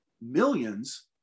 millions